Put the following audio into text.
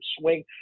swing